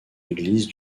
église